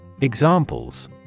Examples